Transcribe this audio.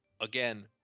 again